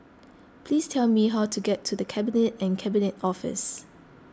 please tell me how to get to the Cabinet and Cabinet Office